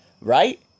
Right